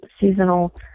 seasonal